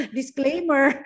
Disclaimer